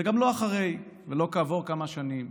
וגם לא אחרי כן, ולא כעבור כמה שנים.